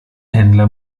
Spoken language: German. händler